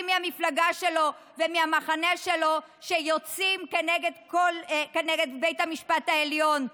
מהמפלגה שלו והמחנה שלו שיוצאים כנגד בית המשפט העליון.